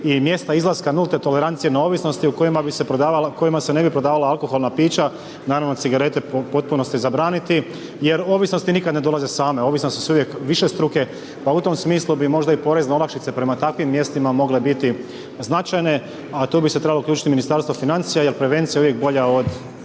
i mjesta izlaska nulte tolerancije neovisnosti u kojima bi se prodavala, u kojima se ne bi prodavala alkoholna pića, naravno cigarete u potpunosti zabraniti, jer ovisnosti nikada ne dolaze same, ovisnosti su uvijek višestruke pa u tom smislu bi možda i porezne olakšice prema takvim mjestima mogle biti značajne, a tu bi se trebalo uključiti Ministarstvo financija jer prevencija je uvijek bolja od